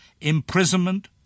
imprisonment